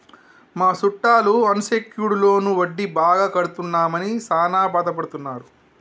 మా సుట్టాలు unsecured loan వడ్డీ బాగా కడుతున్నామని సాన బాదపడుతున్నారు